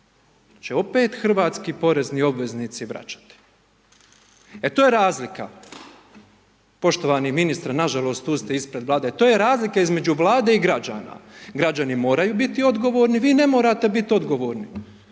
već će opet hrvatski porezni obveznici vračati. E to je razlika, poštovani ministre, nažalost, tu ste ispred vlade, to je razlika između vlade i građana. Građani moraju biti odgovorni, vi ne morate biti odgovorni.